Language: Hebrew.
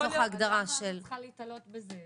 אז למה אני צריכה להיתלות בזה?